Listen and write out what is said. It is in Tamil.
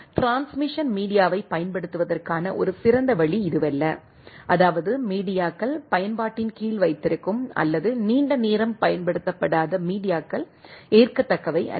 டிரான்ஸ்மிஷன் மீடியாவைப் பயன்படுத்துவதற்கான ஒரு சிறந்த வழி இதுவல்ல அதாவது மீடியாக்கள் பயன்பாட்டின் கீழ் வைத்திருக்கும் அல்லது நீண்ட நேரம் பயன்படுத்தப்படாத மீடியாக்கள் ஏற்கத்தக்கவை அல்ல